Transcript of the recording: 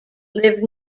lived